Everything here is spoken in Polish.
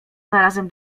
zarazem